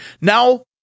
now